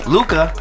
Luca